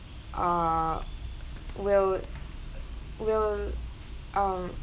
uh will will um